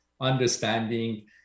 understanding